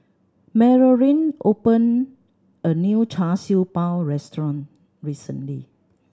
Marolyn opened a new Char Siew Bao restaurant recently